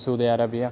Saadi Arabia